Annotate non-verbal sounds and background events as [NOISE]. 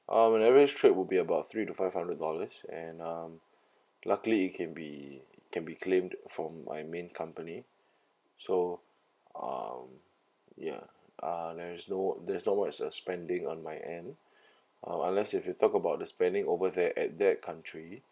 uh my average trip would be about three to five hundred dollars and um luckily it can be can be claimed from my main company so um ya uh there's no there's no extra spending on my end [BREATH] or unless if you talk about the spending over there at that country